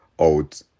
out